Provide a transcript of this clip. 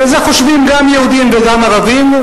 וזה חושבים גם יהודים וגם ערבים.